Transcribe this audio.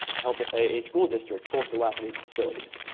helping a school district full of dilapidated facilities.